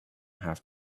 have